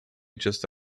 just